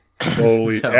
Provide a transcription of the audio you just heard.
holy